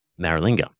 Maralinga